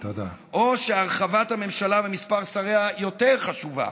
או שהרחבת הממשלה ומספר שריה יותר חשובים.